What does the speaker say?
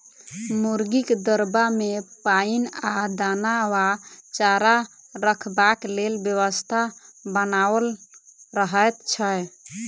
मुर्गीक दरबा मे पाइन आ दाना वा चारा रखबाक लेल व्यवस्था बनाओल रहैत छै